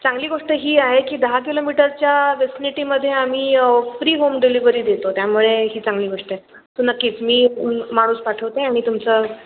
चांगली गोष्ट ही आहे की दहा किलोमीटरच्या वेसिनिटीमध्ये आम्ही फ्री होम डिलिव्हरी देतो त्यामुळे ही चांगली गोष्ट आहे तुम्ही नक्कीच मी माणूस पाठवते आणि तुमचं